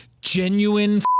genuine